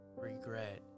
regret